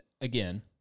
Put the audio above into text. Again